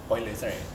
pointless right